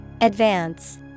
Advance